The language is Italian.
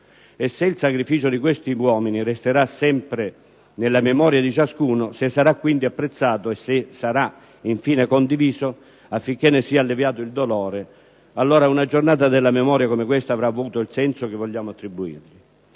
E se il sacrificio di questi uomini resterà sempre nella memoria di ciascuno, se sarà, quindi, apprezzato, e se sarà, infine, condiviso affinché ne sia alleviato il dolore, allora una giornata della memoria come questa avrà avuto il senso che vogliamo attribuirgli.